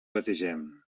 bategem